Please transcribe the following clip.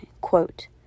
quote